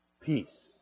Peace